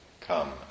come